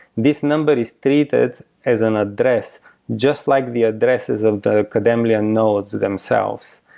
this number is treated as an address just like the addresses of the kademlia nodes themselves.